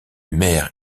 maires